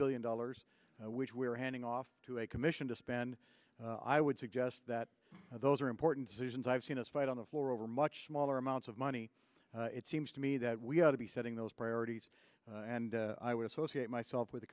billion dollars which we are handing off to a commission to spend i would suggest that those are important decisions i've seen us fight on the floor over much smaller amounts of money it seems to me that we ought to be setting those priorities and i would associate myself with the